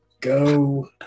Go